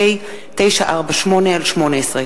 פ/948/18.